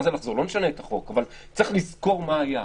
לא נשנה את החוק, אבל צריך לזכור מה היה.